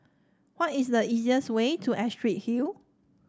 what is the easiest way to Astrid Hill